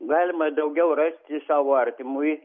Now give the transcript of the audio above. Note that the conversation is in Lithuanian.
galima daugiau rasti savo artimui